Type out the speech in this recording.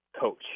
coach